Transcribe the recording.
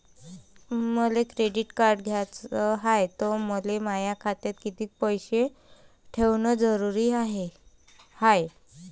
मले credit card घ्याचं हाय, त मले माया खात्यात कितीक पैसे ठेवणं जरुरीच हाय?